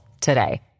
today